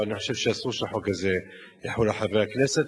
אני חושב שאסור שהחוק הזה יחול על חברי הכנסת,